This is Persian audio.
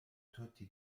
توتی